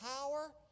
power